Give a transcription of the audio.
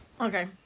Okay